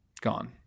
Gone